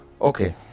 Okay